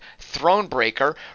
Thronebreaker